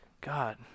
God